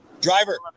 Driver